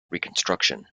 reconstruction